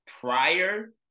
prior